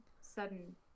sudden